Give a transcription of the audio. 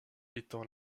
étant